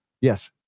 Yes